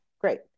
Great